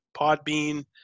Podbean